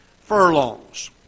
furlongs